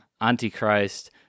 antichrist